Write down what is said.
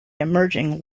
emerging